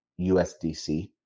USDC